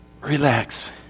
Relax